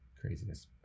craziness